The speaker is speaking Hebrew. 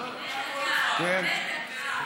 בדקה, בדקה.